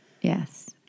Yes